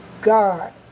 God